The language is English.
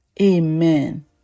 Amen